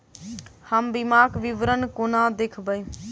हम बीमाक विवरण कोना देखबै?